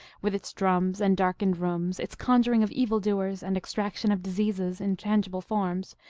with its drums and darkened rooms, its conjuring of evil-doers and extraction of diseases in tangible forms,